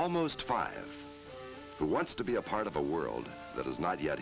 almost five who wants to be a part of a world that is not yet